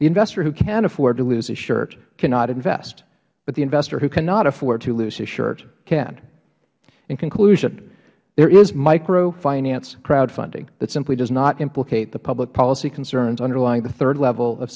the investor who can afford to lose his shirt cannot invest but the investor who cannot afford to lose his shirt can in conclusion there is micro finance crowdfunding that simply does not implicate the public policy concerns underlying the third level of